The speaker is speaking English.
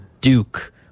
Duke